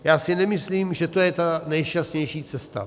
Já si nemyslím, že to je ta nejšťastnější cesta.